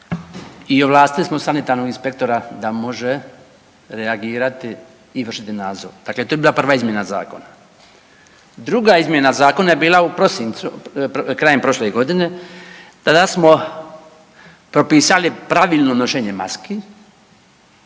i ovlastili smo sanitarnog inspektora da može reagirati i vršiti nadzor. Dakle to je bila prva izmjena zakona. Druga izmjena zakona je bila u prosincu, krajem prošle godine, tada smo propisali pravilno nošenje maski,